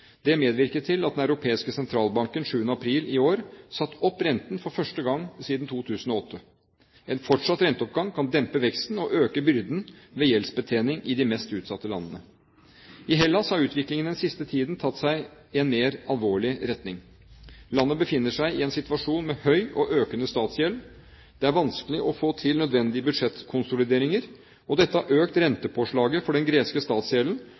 Det medvirket til at Den europeiske sentralbanken 7. april i år satte opp renten for første gang siden 2008. En fortsatt renteoppgang kan dempe veksten og øke byrden ved gjeldsbetjening i de mest utsatte landene. I Hellas har utviklingen den siste tiden tatt en mer alvorlig retning. Landet befinner seg i en situasjon med høy og økende statsgjeld. Det er vanskelig å få til nødvendige budsjettkonsolideringer. Dette har økt rentepåslaget for den greske statsgjelden